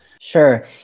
Sure